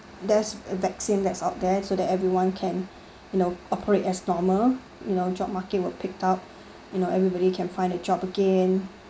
there's a vaccine that's out there so that everyone can you know operate as normal you know job market will pick up you know everybody can find a job again